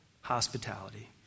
hospitality